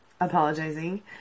apologizing